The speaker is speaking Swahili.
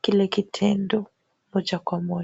kile kitendo moja kwa moja.